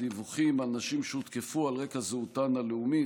הדיווחים על נשים שהותקפו על רקע זהותן הלאומית.